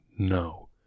No